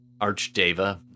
Archdeva